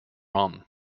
run